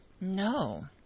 No